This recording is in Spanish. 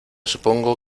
supongo